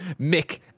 Mick